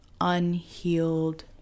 unhealed